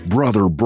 Brother